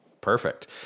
Perfect